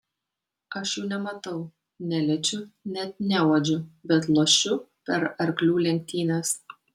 aš jų nematau neliečiu net neuodžiu bet lošiu per arklių lenktynes